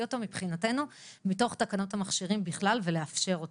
אותו מתקנות המכשירים בכלל ולאפשר אותו.